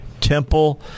temple